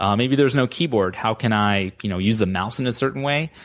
um maybe there's no keyboard. how can i you know use the mouse in a certain way,